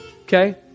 okay